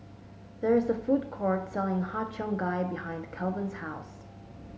there is a food court selling Har Cheong Gai behind Calvin's house